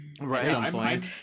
Right